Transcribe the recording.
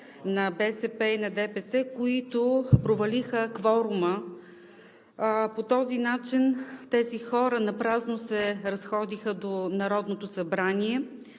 на БСП и на ДПС, които провалиха кворума. По този начин тези хора напразно се разходиха до Народното събрание,